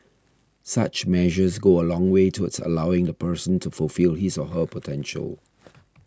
such measures go a long way towards allowing the person to fulfil his or her potential